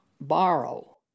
borrow